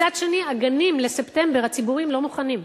מצד שני, הגנים הציבוריים לא מוכנים לספטמבר,